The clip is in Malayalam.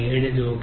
37 രൂപ